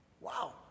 Wow